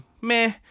meh